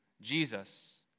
Jesus